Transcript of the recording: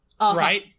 right